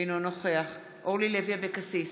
אינו נוכח אורלי לוי אבקסיס,